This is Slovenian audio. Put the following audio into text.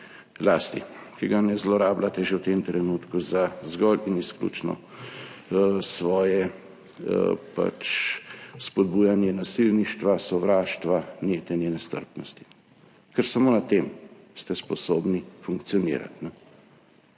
ki ga ne zlorabljate že v tem trenutku za zgolj in izključno svoje spodbujanje nasilništva, sovraštva, netenje nestrpnosti. Ker samo na tem ste sposobni funkcionirati.